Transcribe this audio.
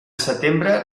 setembre